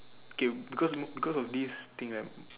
okay because because of this thing right